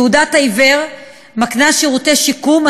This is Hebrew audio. תעודת עיוור מקנה שירותי שיקום,